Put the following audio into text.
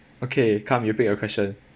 okay come you pick your question